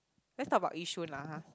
let's talk about Yishun lah har